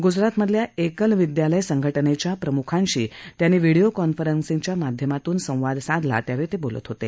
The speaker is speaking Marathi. गुजरात मधल्या एकल विद्यालय संघटनेच्या प्रमुखांशी त्यांनी व्हिडिओ कॉन्फरन्सिंगच्या माध्यमातून संवाद साधला त्यावेळी ते बोलत होते